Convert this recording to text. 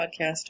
podcast